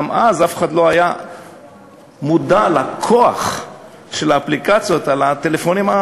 אז גם אף אחד לא היה מודע לכוח של האפליקציות בטלפונים.